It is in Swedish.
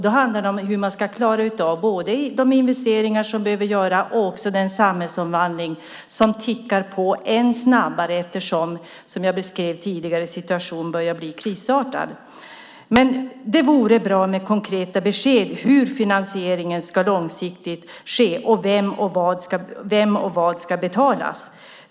Då handlar det om hur man ska klara av både de investeringar som man behöver göra och den samhällsomvandling som tickar på ännu snabbare eftersom situationen börjar bli krisartad, som jag beskrev tidigare. Det vore bra med konkreta besked om hur finansiering långsiktigt ska ske. Vem ska betala vad?